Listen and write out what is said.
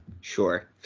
Sure